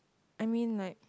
I mean like